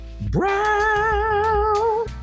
brown